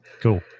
Cool